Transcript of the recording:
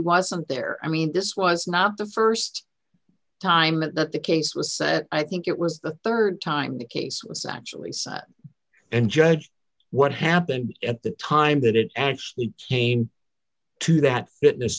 wasn't there i mean this was not the st time that the case was set i think it was the rd time the case essentially said and judge what happened at the time that it actually came to that fitness